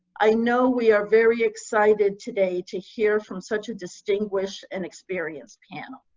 i know we are very excited today to hear from such a distinguished and experienced panel.